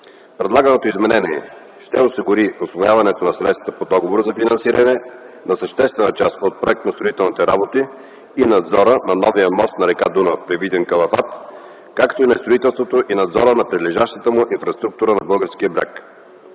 Предлаганото изменение ще осигури усвояването на средства по Договора за финансиране на съществена част от проектно- строителните работи и надзора на новия мост на р. Дунав при Видин-Калафат, както и на строителството и надзора на прилежащата му инфраструктура на българския бряг.